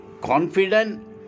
confident